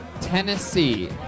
Tennessee